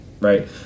Right